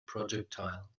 projectile